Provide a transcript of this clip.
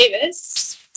Davis